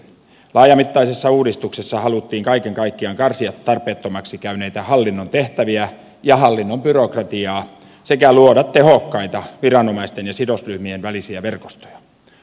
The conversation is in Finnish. laajamittaisessa uudistuksessa haluttiin kaiken kaikkiaan karsia tarpeettomiksi käyneitä hallinnon tehtäviä ja hallinnon byrokratiaa sekä luoda tehokkaita viranomaisten ja sidosryhmien välisiä verkostoja